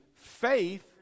Faith